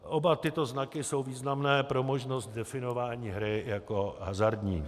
Oba tyto znaky jsou významné pro možnost definování hry jako hazardní.